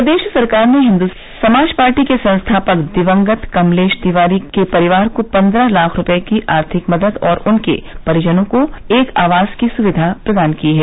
प्रदेश सरकार ने हिन्दू समाज पार्टी के संस्थापक दिवंगत कमलेश तिवारी के परिवार को पन्द्रह लाख रुपये की आर्थिक मदद और उनके परिजनों को एक आवास की सुविधा प्रदान की है